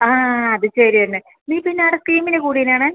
ആ അത് ശരി തന്നെ നീ പിന്നെ അവിടെ സ്കീമിന് കൂടീനാണേ